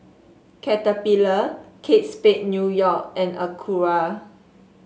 Caterpillar Kate Spade New York and Acura